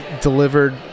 delivered